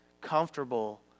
comfortable